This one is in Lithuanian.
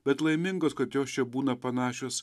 bet laimingos kad jos čia būna panašios